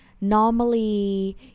Normally